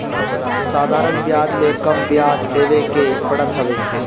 साधारण बियाज में कम बियाज देवे के पड़त हवे